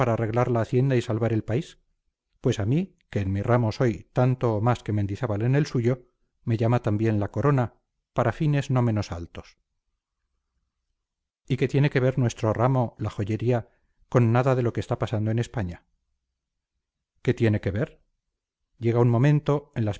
arreglar la hacienda y salvar el país pues a mí que en mi ramo soy tanto o más que mendizábal en el suyo me llama también la corona para fines no menos altos y qué tiene que ver nuestro ramo la joyería con nada de lo que está pasando en españa qué tiene que ver llega un momento en las